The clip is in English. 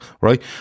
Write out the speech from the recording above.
right